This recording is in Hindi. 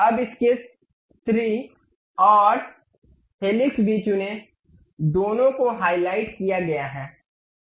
अब स्केच 3 और हेलिक्स भी चुनें दोनों को हाइलाइट किया गया है